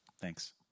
Thanks